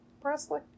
Presley